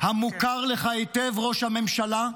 המוכר לך היטב, ראש הממשלה.